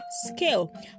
scale